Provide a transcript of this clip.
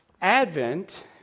Advent